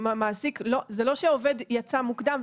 זה לא שהעובד יצא מוקדם,